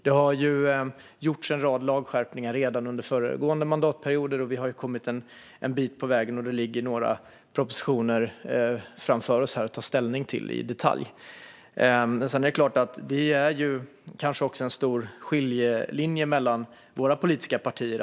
Det gjordes ju en rad lagskärpningar redan under föregående mandatperioder. Vi har kommit en bit på vägen, och det ligger några propositioner framför oss att ta ställning till i detalj. Men det är klart att det går en tydlig skiljelinje mellan våra politiska partier.